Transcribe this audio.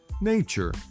Nature